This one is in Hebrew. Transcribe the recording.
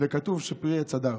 וכתוב "פרי עץ הדר".